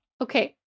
Okay